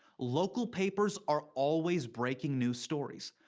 local papers are always breaking new stories.